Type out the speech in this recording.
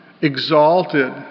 exalted